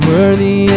Worthy